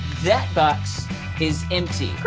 that box is empty.